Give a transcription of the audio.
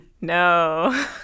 No